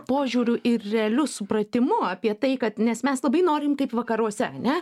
požiūriu ir realiu supratimu apie tai kad nes mes labai norim kaip vakaruose ane